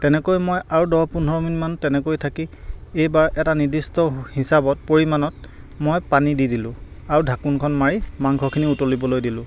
তেনেকৈ মই আৰু দহ পোন্ধৰ মিনিটমান তেনেকৈ থাকি এইবাৰ এটা নিৰ্দিষ্ট হিচাবত পৰিমাণত মই পানী দি দিলোঁ আৰু ঢাকোনখন মাৰি মাংসখিনি উতলিবলৈ দিলোঁ